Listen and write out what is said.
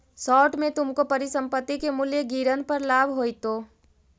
short में तुमको परिसंपत्ति के मूल्य गिरन पर लाभ होईतो